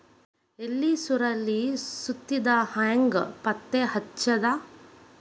ಎಲಿ ಸುರಳಿ ಸುತ್ತಿದ್ ಹೆಂಗ್ ಪತ್ತೆ ಹಚ್ಚದ?